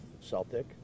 Celtic